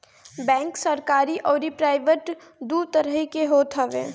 bank सरकरी अउरी private दू तरही के होत हवे